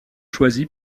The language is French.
choisi